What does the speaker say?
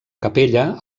capella